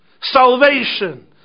salvation